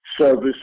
service